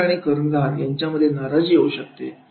सदस्य आणि कर्णधार यांच्यामध्यें नाराजी येऊ शकते